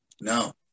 No